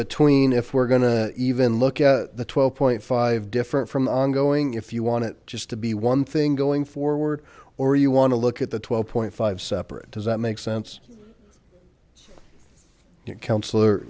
between if we're going to even look at the twelve point five different from ongoing if you want it just to be one thing going forward or you want to look at the twelve point five separate does that make sense for your counselor